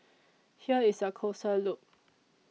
here is a closer look